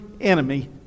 enemy